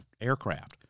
aircraft